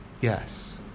Yes